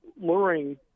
luring